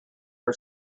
her